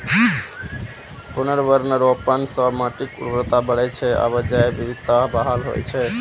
पुनर्वनरोपण सं माटिक उर्वरता बढ़ै छै आ जैव विविधता बहाल होइ छै